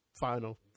Final